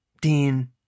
Dean